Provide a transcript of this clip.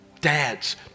dads